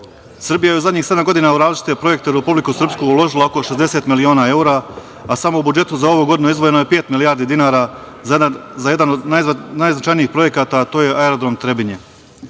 škole. Srbija je u zadnjih sedam godina u različite projekte u Republiku Srpsku uložila oko 60 miliona evra, a samo u budžetu za ovu godinu izdvojeno je pet milijardi dinara za jedan od najznačajnijih projekata, a to je aerodrom Trebinje. Ukupna